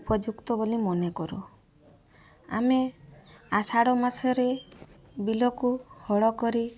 ଉପଯୁକ୍ତ ବୋଲି ମନେକରୁ ଆମେ ଆଷାଢ଼ ମାସରେ ବିଲକୁ ହଳକରି